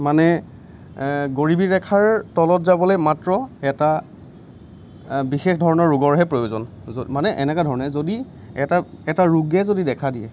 মানে গৰিবী ৰেখাৰ তলত যাবলৈ মাত্ৰ এটা বিশেষ ধৰণৰ ৰোগৰহে প্ৰয়োজন য'ত মানে এনেকুৱা ধৰণে যদি এটা এটা ৰোগে যদি দেখা দিয়ে